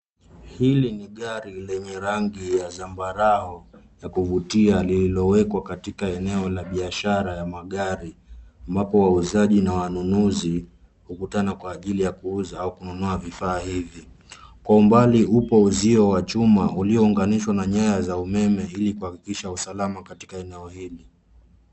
Hili ni gari lenye rangi ya zambarau la kuvutia lililowekwa katika eneo la biashara ya magari ambapo wauzaji na wanunuzi hukutana kwa ajili ya kuuza au kununua vifaa hivi. Kwa umbali upon uzio wa chuma uliyounganishwa na nyaya za umeme ili kuhakikisha usalama katika eneo hili.